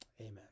Amen